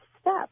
step